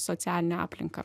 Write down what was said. socialinę aplinką